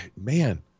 man